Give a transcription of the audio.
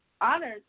honored